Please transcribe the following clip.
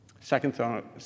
Second